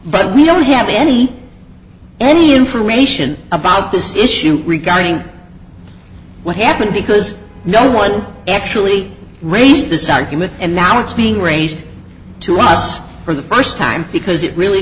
but we don't have any any information about this issue regarding what happened because no one actually raised this argument and now it's being raised to us for the first time because it really